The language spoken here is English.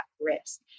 risk